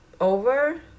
over